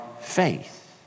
faith